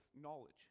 knowledge